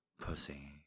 pussy